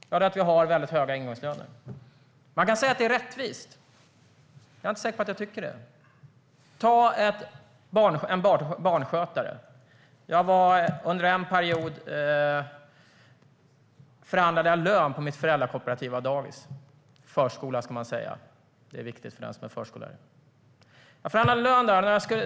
Jo, det är att vi har väldigt höga ingångslöner. Man kan säga att det är rättvist. Men jag är inte säker på att jag tycker det. Ta en barnskötare. Under en period förhandlade jag lön på mitt föräldrakooperativa dagis - förskola ska man säga, för det är viktigt för den som är förskollärare.